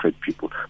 people